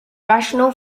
rational